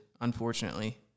unfortunately